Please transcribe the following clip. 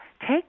take